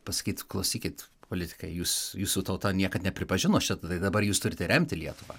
pasakyt klausykit politikai jūs jūsų tauta niekad nepripažino šita tai dabar jūs turite remti lietuvą